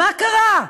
מה קרה?